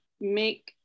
make